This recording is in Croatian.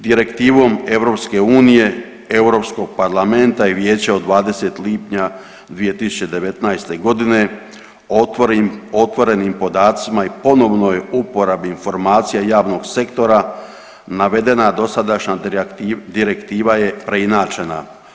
Direktivom EU, Europskog parlamenta i Vijeća od 20. lipnja 2019. godine otvorenim podacima i ponovnoj uporabi informacija javnog sektora navedena dosadašnja direktiva je preinačena.